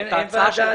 עדיין אין ועדה.